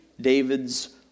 David's